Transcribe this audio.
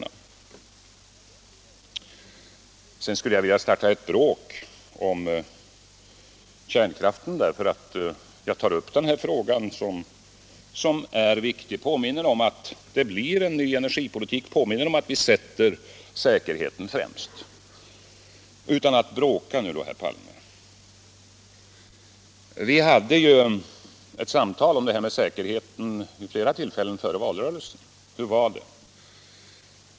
Sedan sade herr Palme att jag ville starta ett bråk om kärnkraften därför att jag tog upp den frågan, som är viktig. Jag påminde om att det blir en ny energipolitik, jag påminde om att vi sätter säkerheten främst. Utan att bråka nu då, herr Palme: Vi hade ju vid flera tillfällen före valet samtal om säkerheten. Hur var det då?